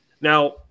Now